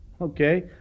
Okay